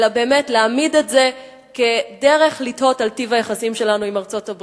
אלא באמת להעמיד את זה כדרך לתהות על טיב היחסים שלנו עם ארצות-הברית.